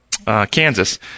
Kansas